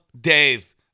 Dave